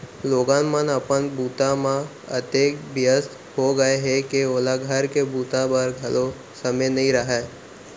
लोगन मन अपन बूता म अतेक बियस्त हो गय हें के ओला घर के बूता बर घलौ समे नइ रहय